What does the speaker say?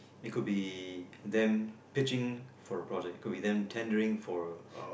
if could be them pitching for the project could be them tendering for